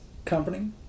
company